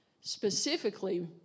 Specifically